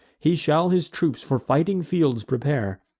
he shall his troops for fighting fields prepare,